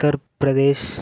Uttar Pradesh